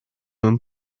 mewn